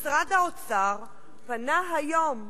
משרד האוצר פנה היום,